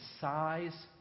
size